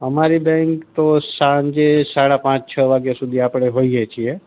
અમારી બેંક તો સાંજે સાડા પાંચ છ વાગ્યા સુધી આપણે હોઇએ છીએ